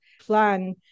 plan